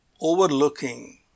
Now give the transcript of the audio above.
overlooking